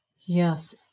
Yes